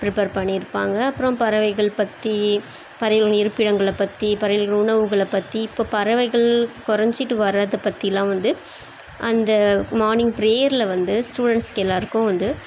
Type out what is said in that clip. prepare பண்ணியிருப்பாங்க அப்புறம் பறவைகள் பற்றி பறவைகளின் இருப்பிடங்களைப் பற்றி பறவைகளின் உணவுகளைப் பற்றி இப்போ பறவைகள் குறைஞ்சுட்டு வர்றதைப் பற்றிலாம் வந்து அந்த மார்னிங் ப்ரேயரில் வந்து ஸ்டூடெண்ட்ஸ்சுக்கு எல்லாேருக்கும் வந்து